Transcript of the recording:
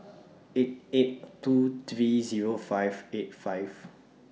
eight eight two three Zero five eight five